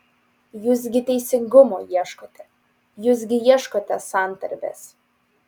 jūs gi teisingumo ieškote jūs gi ieškote santarvės